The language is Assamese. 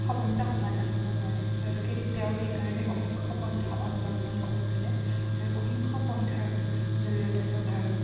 সমস্যা সমাধান হ'ব নোৱাৰে তেওঁলোকে তেওঁ সেই কাৰণে অহিংস পন্থা অৱলম্বন কৰিছিলে আৰু অহিংসা পন্থাৰ জৰিয়তে তেওঁ ভাৰত